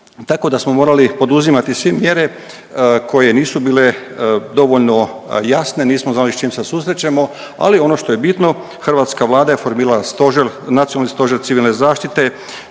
Tako da smo morali poduzimati svi mjere koje nisu bile dovoljno jasne, nismo znali s čim se susrećemo, ali ono što je bitno hrvatska Vlada je formirala stožer, Nacionalni stožer civilne zaštite